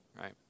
right